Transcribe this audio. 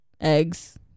eggs